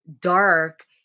dark